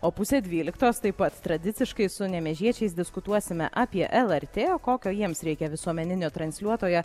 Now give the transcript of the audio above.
o pusę dvyliktos taip pat tradiciškai su nemėžiečiais diskutuosime apie lrt kokio jiems reikia visuomeninio transliuotojo